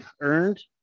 earned